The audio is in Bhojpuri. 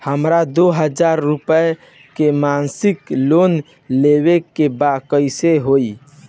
हमरा दो हज़ार रुपया के मासिक लोन लेवे के बा कइसे होई?